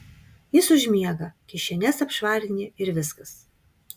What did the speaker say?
jis užmiega kišenes apšvarini ir viskas